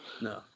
No